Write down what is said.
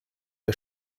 der